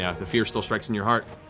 ah the fear still strikes in your heart.